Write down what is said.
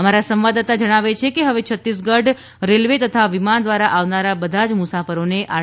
અમારા સંવાદદાતા જણાવે છે કે હવે છત્તીસગઢ રેલવે તથા વિમાન દ્વારા આવનારા બધા જ મુસાફરોને આર